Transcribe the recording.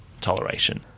toleration